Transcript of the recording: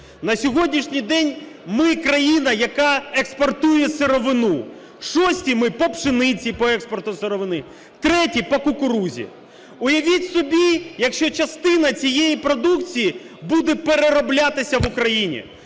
На сьогоднішній день ми країна, яка експортує сировину. Шості ми по пшениці, по експорту сировини, треті по кукурудзі. Уявіть собі, якщо частина цієї продукції буде перероблятися в Україні.